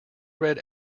read